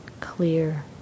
clear